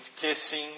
kissing